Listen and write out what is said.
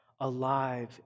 alive